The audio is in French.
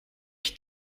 qui